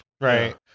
right